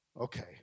Okay